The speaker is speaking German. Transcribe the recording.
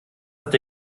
habt